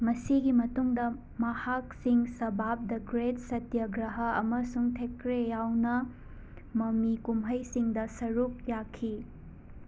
ꯃꯁꯤꯒꯤ ꯃꯇꯨꯡꯗ ꯃꯍꯥꯛ ꯁꯤꯡ ꯁꯕꯥꯕ ꯗ ꯒ꯭ꯔꯦꯠ ꯁꯇ꯭ꯌꯒ꯭ꯔꯍꯥ ꯑꯃꯁꯨꯡ ꯊꯦꯀ꯭ꯔꯦ ꯌꯥꯎꯅ ꯃꯃꯤ ꯀꯨꯝꯍꯩꯁꯤꯡꯗ ꯁꯔꯨꯛ ꯌꯥꯈꯤ